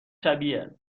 شبیه